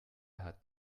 hat